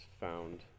found